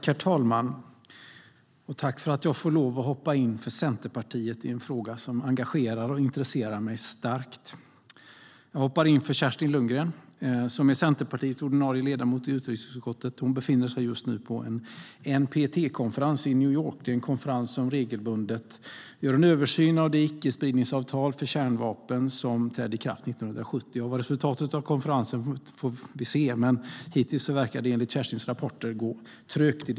Herr talman! Tack för att jag får hoppa in för Centerpartiet i en fråga som engagerar och intresserar mig mycket! Kerstin Lundgren, som är Centerpartiets ordinarie ledamot i utrikesutskottet, befinner sig just nu på en NPT-konferens i New York. Det är en konferens som regelbundet gör en översyn av det icke-spridningsavtal om kärnvapen som trädde i kraft 1970. Vad resultatet av konferensen blir får vi se, men hittills verkar diskussionerna enligt Kerstins rapporter gå trögt.